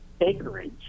acreage